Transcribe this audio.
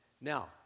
Now